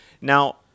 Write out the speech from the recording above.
Now